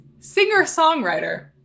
Singer-songwriter